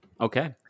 Okay